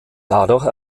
dadurch